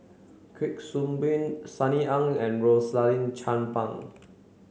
Kuik Swee Boon Sunny Ang and Rosaline Chan Pang